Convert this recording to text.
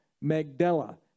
Magdala